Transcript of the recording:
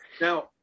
now